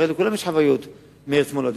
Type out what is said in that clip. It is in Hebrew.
הרי לכל אחד יש חוויות מארץ מולדתו.